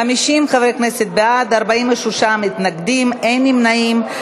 50 חברי כנסת בעד, 46 מתנגדים, אין נמנעים.